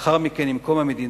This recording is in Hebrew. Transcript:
ולאחר מכן עם קום המדינה,